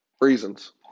reasons